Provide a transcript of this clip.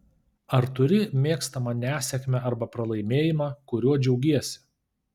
ar turi mėgstamą nesėkmę arba pralaimėjimą kuriuo džiaugiesi